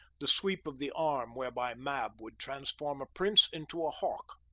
the sweep of the arm whereby mab would transform a prince into a hawk.